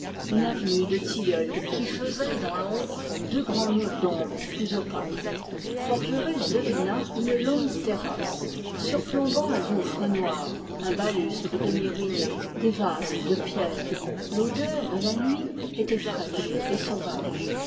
une avenue de tilleuls qui faisaient dans l'ombre deux grands murs d'ombre plus opaque forgerus devina une terrasse surplombant un gouffre noir un balustre demi ruiné des vases de pierre l'odeur de la nuit était fraîche et sauvage